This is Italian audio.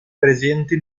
presenti